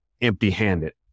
empty-handed